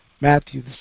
Matthew